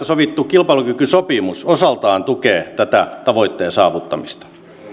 sovittu kilpailukykysopimus osaltaan tukee tavoitteen saavuttamista